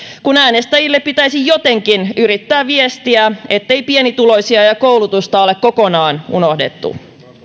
kun äänestäjille pitäisi jotenkin yrittää viestiä ettei pienituloisia ja ja koulutusta ole kokonaan unohdettu